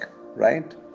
right